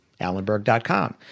allenberg.com